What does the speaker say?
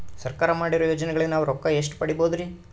ಸರ್ಕಾರ ಮಾಡಿರೋ ಯೋಜನೆಗಳಿಗೆ ನಾವು ರೊಕ್ಕ ಎಷ್ಟು ಪಡೀಬಹುದುರಿ?